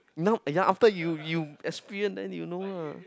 now ya after you you experience then you know lah